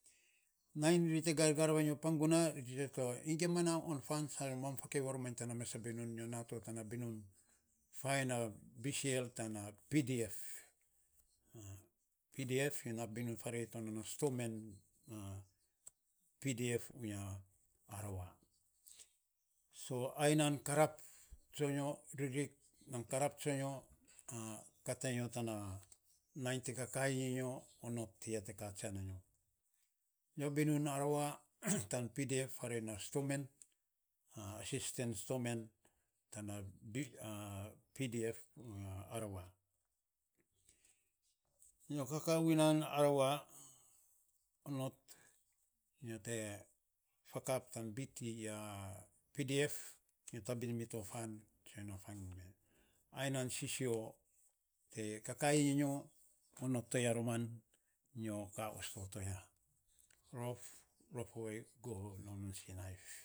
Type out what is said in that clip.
Nainy ri te gargar vanyo panguna, nyi gima na on fan. San mam fakei maromainyi tana mes a binun, nyo nato tana binun. fainy na bcl tana btf nyo nainy binun farei tona stomen, btf u yia arawa so ai nan karap tsonyo, rikrik tan karap tsonyo kat a nyo tan nainy te kakaii nyo, onot ti ya tan nainy te ka jian a nyo yo binun arawa tan btf farei non stomen, assistance stomen tana btf arawa. Nyo kaka u nia nan arawa onot nyo te fakap tan btf, nyo ta bin mito fan. Ai nan sisio te kaikaii nyo onot toya roman, nyo ka osto roman. Rof, rof ovei, gov nom non sinaiv.